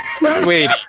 wait